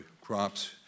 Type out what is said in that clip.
crops